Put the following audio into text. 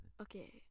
Okay